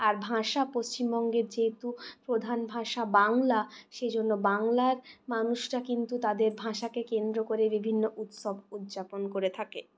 আর ভাষা পশ্চিমবঙ্গের যেহেতু প্রধান ভাষা বাংলা সেজন্যে বাংলার মানুষরা কিন্তু তাদের ভাষাকে কেন্দ্র করে বিভিন্ন উৎসব উদযাপন করে থাকে